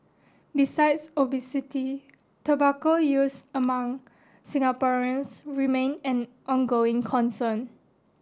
besides obesity tobacco use among Singaporeans remain an ongoing concern